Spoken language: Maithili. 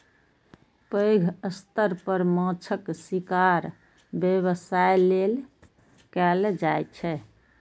पैघ स्तर पर माछक शिकार व्यवसाय लेल कैल जाइ छै